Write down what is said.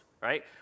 right